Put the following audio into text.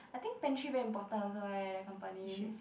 I think pantry very important also right like company